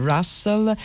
Russell